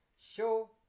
show